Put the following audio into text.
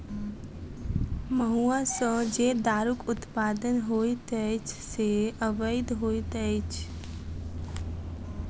महुआ सॅ जे दारूक उत्पादन होइत अछि से अवैध होइत अछि